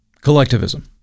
Collectivism